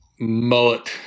Mullet